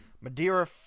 Madeira